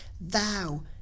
Thou